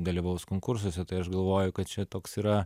dalyvaus konkursuose tai aš galvoju kad čia toks yra